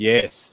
Yes